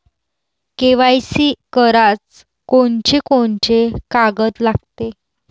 KYC कराच कोनचे कोनचे कागद लागते?